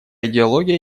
идеология